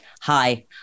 Hi